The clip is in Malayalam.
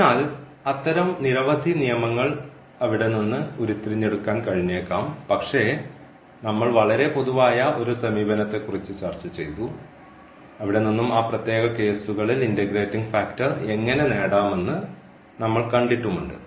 അതിനാൽ അത്തരം നിരവധി നിയമങ്ങൾ അവിടെ നിന്ന് ഉരുത്തിരിഞ്ഞെടുക്കാൻ കഴിഞ്ഞേക്കാം പക്ഷേ നമ്മൾ വളരെ പൊതുവായ ഒരു സമീപനത്തെക്കുറിച്ച് ചർച്ചചെയ്തു അവിടെ നിന്നും ആ പ്രത്യേക കേസുകളിൽ ഇൻറഗ്രേറ്റിംഗ് ഫാക്ടർ എങ്ങനെ നേടാമെന്ന് നമ്മൾ കണ്ടിട്ടുമുണ്ട്